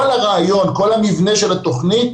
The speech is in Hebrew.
כל הרעיון, כל המבנה של התוכנית